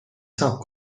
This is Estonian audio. saab